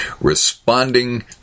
responding